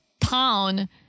town